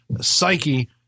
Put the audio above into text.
psyche